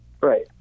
Right